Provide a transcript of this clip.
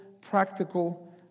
practical